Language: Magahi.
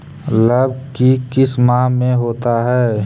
लव की किस माह में होता है?